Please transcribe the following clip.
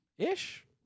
Ish